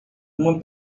uma